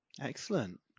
Excellent